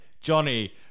Johnny